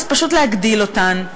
פשוט להגדיל אותן.